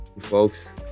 folks